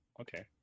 Okay